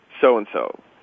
so-and-so